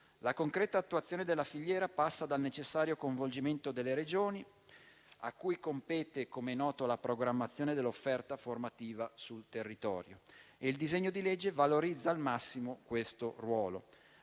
La concreta attuazione della filiera passa dal necessario coinvolgimento delle Regioni, a cui compete, come noto, la programmazione dell'offerta formativa sul territorio e il disegno di legge valorizza al massimo questo ruolo.